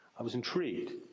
i was intrigued.